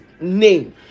name